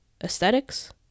aesthetics